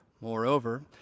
Moreover